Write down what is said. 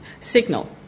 signal